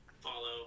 follow